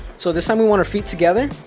so this time, we want our feet together,